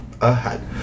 ahead